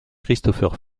christopher